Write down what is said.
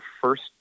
first